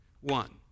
One